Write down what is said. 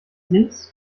links